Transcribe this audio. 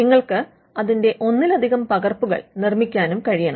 നിങ്ങൾക്ക് അതിന്റെ ഒന്നിലധികം പകർപ്പുകൾ നിർമ്മിക്കാനും കഴിയണം